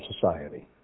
society